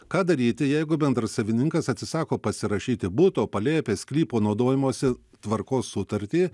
ką daryti jeigu bendrasavininkas atsisako pasirašyti buto palėpės sklypo naudojimosi tvarkos sutartį